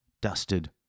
dusted